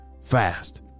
fast